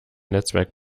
netzwerk